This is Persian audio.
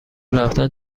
رفتن